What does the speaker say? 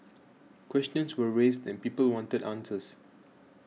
questions were raised and people wanted answers